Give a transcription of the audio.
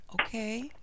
okay